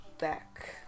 back